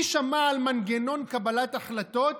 מי שמע על מנגנון קבלת החלטות